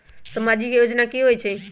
समाजिक योजना की होई छई?